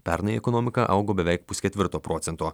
pernai ekonomika augo beveik pusketvirto procento